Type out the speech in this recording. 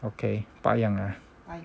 okay 八样啊